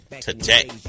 today